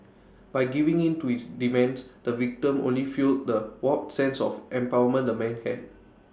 by giving in to his demands the victim only fuelled the warped sense of empowerment the man had